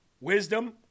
Wisdom